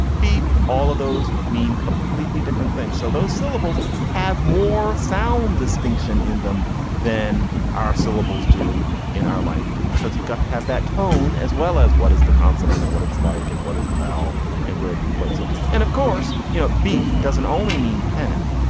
beat all of those mean completely different things. so those syllables have more sound distinction in them than our syllables do in our languages because you've got to have that tone as well as what is the consonant and what it's like and what is the vowel and where do you place it. and of course you know b doesn't only mean pen.